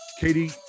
katie